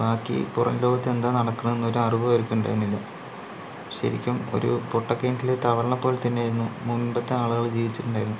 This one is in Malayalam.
ബാക്കി പുറം ലോകത്ത് എന്താ നടക്കുന്നതെന്ന് ഒരു അറിവ് അവർക്കുണ്ടായിരുന്നില്ല ശരിക്കും ഒരു പൊട്ടക്കിണറ്റിലെ തവളനെ പോലെ തന്നെയായിരുന്നു മുൻപത്തെ ആളുകള് ജീവിച്ചിട്ടുണ്ടായിരുന്നത്